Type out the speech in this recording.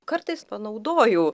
kartais panaudoju